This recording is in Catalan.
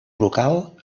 brocal